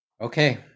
Okay